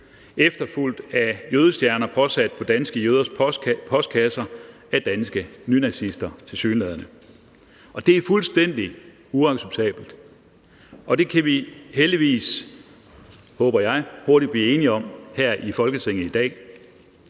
efterfulgt af jødestjerner påsat danske jøders postkasser af danske nynazister, tilsyneladende. Det er fuldstændig uacceptabelt, og det kan vi heldigvis, håber jeg, hurtigt blive enige om her i Folketinget i dag.